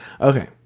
Okay